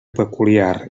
peculiar